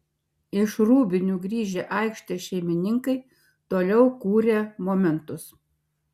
iš rūbinių grįžę aikštės šeimininkai toliau kūrė momentus